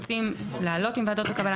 הטיפול בפניות המועמדים לקבלה ליישוב וההתקשרות